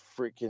freaking